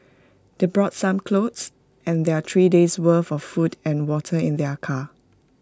they brought some clothes and their three days' worth for food and water in their car